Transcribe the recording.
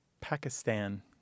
Pakistan